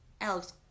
Alex